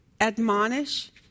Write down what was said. admonish